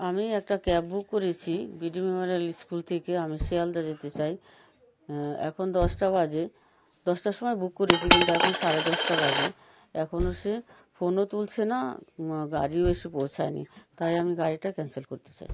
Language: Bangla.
আমি একটা ক্যাব বুক করেছি বিডি মেমোরিয়াল স্কুল থেকে আমি শিয়ালদা যেতে চাই এখন দশটা বাজে দশটার সময় বুক করেছি কিন্তু এখন সাড়ে দশটা বাজে এখনো সে ফোনও তুলছে না গাড়িও এসে পৌঁছয়নি তাই আমি গাড়িটা ক্যান্সেল করতে চাই